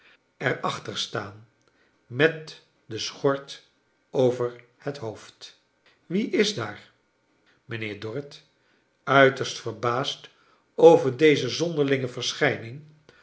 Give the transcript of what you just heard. er achter staan met de schort over het hoofd wie is daar mijnheer dorrit uiterst verbaasd over deze zonderlinge verschijning